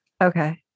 Okay